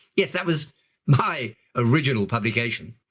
yes, that was my original publication.